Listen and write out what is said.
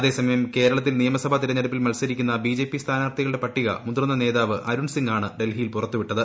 അതേസമയം കേരളത്തിൽ നിയമസഭാ തെരഞ്ഞെടുപ്പിൽ മൽസരിക്കുന്ന ബിജെപി സ്ഥാനാർത്ഥിക ളുടെ പട്ടിക മുതിർന്ന നേതാവ് അരുൺ സിംഗാണ് ഡൽഹിയിൽ പുറ ത്തുവിട്ടത്